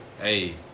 Hey